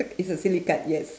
it's a silly card yes